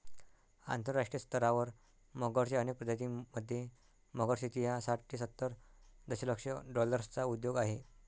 आंतरराष्ट्रीय स्तरावर मगरच्या अनेक प्रजातीं मध्ये, मगर शेती हा साठ ते सत्तर दशलक्ष डॉलर्सचा उद्योग आहे